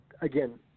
Again